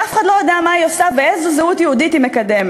שאף אחד לא יודע מה היא עושה ואיזו זהות יהודית היא מקדמת,